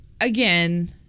again